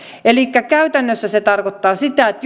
elikkä käytännössä se tarkoittaa sitä että